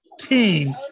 team